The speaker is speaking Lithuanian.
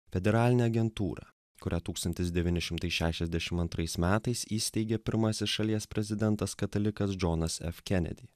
federalinę agentūrą kurią tūkstantis devyni šimtai šešiasdešim antrais metais įsteigė pirmasis šalies prezidentas katalikas džonas f kenedi